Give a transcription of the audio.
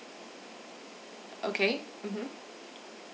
okay mmhmm